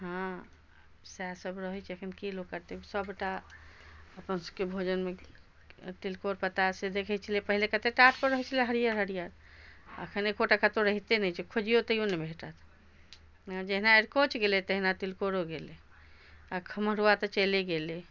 हँ सएह सब रहै छै अखन की लोक करतै सबटा अपन सबके भोजन मे तिलकोर पत्ता से देखै छलिया पहिले कते टाट पर रहै छलै हरियर हरियर अखन एकौटा कतौ रहिते नहि छै खोजियौ तैयो नहि भेटत जहिना अरीकोच गेलै तहिना तिलकोरो गेलै आ खमहरुआ तऽ चैले गेलै